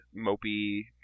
mopey